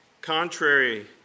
contrary